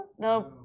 No